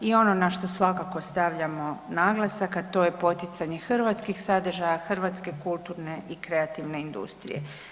I ono na što svakako stavljamo naglasak, a to je poticanje hrvatskih sadržaja, hrvatske kulturne i kreativne industrije.